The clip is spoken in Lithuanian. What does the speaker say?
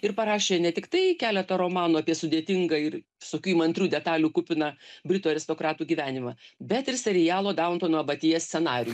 ir parašė ne tiktai keletą romanų apie sudėtingą ir visokių įmantrių detalių kupiną britų aristokratų gyvenimą bet ir serialo dauntono abatija scenarijų